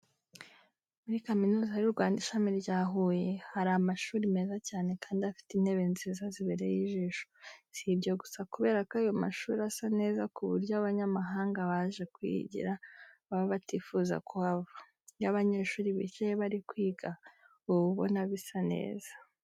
Muri Kaminuza y'u Rwanda, Ishami rya Huye hari amashuri meza cyane kandi afite intebe nziza zibereye ijisho. Si ibyo gusa kubera ko ayo mashuri asa neza ku buryo abanyamahanga baje kuhigira baba batifuza kuhava. Iyo abanyeshuri bicaye bari kwiga uba ubona bisa neza.